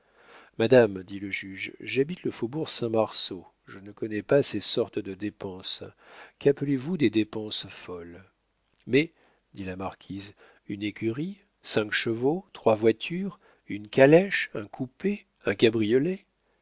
madame dit le juge j'habite le faubourg saint-marceau je ne connais pas ces sortes de dépenses qu'appelez-vous des dépenses folles mais dit la marquise une écurie cinq chevaux trois voitures une calèche un coupé un cabriolet